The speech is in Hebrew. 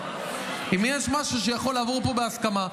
אם יש משהו שיכול לעבור פה בהסכמה,